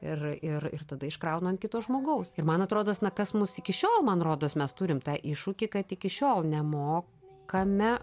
ir ir ir tada iškraunu ant kito žmogaus ir man atrodo na kas mus iki šiol man rodos mes turim tą iššūkį kad iki šiol nemokame